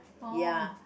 ya